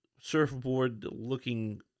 surfboard-looking